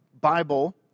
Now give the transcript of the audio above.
Bible